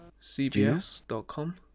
CBS.com